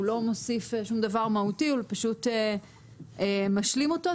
הוא לא מוסיף שום דבר מהותי, הוא פשוט משלים אותו.